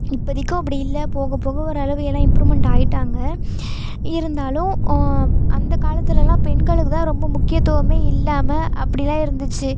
இப்போதைக்கி அப்படி இல்லை போக போக ஓரளவு எல்லாம் இம்ப்ரூவ்மெண்ட் ஆகிட்டாங்க இருந்தாலும் அந்த காலத்திலலாம் பெண்களுக்கு தான் ரொம்ப முக்கியத்துவமே இல்லாமல் அப்படிலாம் இருந்துச்சு